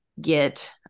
get